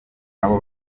nabo